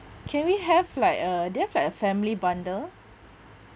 can we have like uh do you have like a family bundle